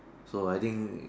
so I think it